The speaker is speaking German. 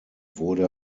wurde